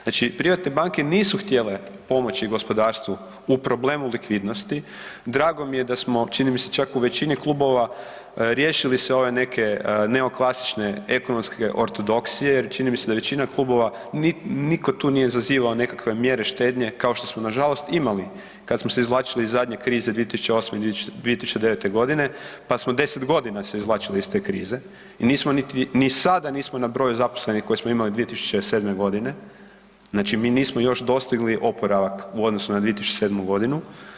Znači privatne banke nisu htjele pomoći gospodarstvu u problemu likvidnosti, drago mi je da smo čini mi se čak u većini klubova riješili se ove neke neoklasične ekonomske ortodoksije jer čini mi se da većina klubova niko tu nije zazivao nekakve mjere štednje kao što smo nažalost imali kada smo se izvlačili iz zadnje krize 2008., 2009. godine pa smo se deset godina izvlačili iz te krize i nismo ni sada na broju zaposlenih koje smo imali 2007. godine, znači mi nismo još dostigli oporavak u odnosu na 2007. godinu.